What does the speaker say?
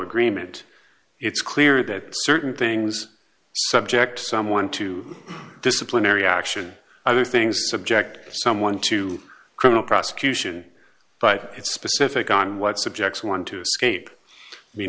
agreement it's clear that certain things subject someone to disciplinary action other things subject someone to criminal prosecution but it's specific on what subjects one to escape